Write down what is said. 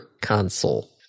console